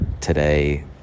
today